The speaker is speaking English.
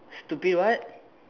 stupid what